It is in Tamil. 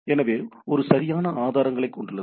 எனவே அது சரியான ஆதாரங்களைக் கொண்டுள்ளது